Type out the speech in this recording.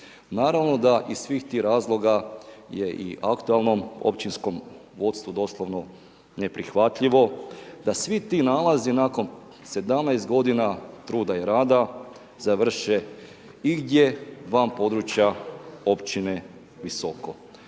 Naravno da ih svih tih razloga je i aktualnom općinskom vodstvu doslovno neprihvatljivo da svi ti nalazi nakon 17 godina truda i rada završe igdje van područja općine Visoko.